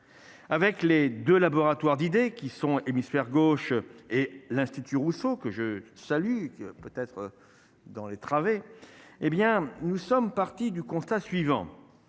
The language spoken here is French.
avec les 2 laboratoires d'idées qui sont hémisphère gauche et l'institut Rousseau, que je salue, que peut-être dans les travées, hé bien, nous sommes partis du constat suivant